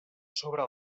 sobre